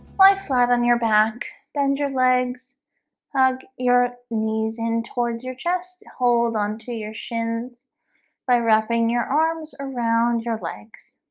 lie flat on your back bend your legs hug your knees in towards your chest hold on to your shins by wrapping your arms around your legs